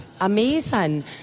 amazing